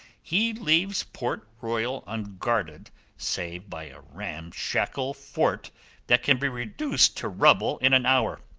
he leaves port royal unguarded save by a ramshackle fort that can be reduced to rubble in an hour.